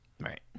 Right